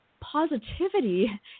positivity